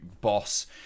boss